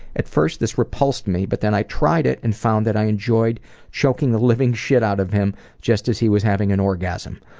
at first this repulsed me but then i tried it and found out that i enjoyed choking the living shit out of him just as he was having an orgasm.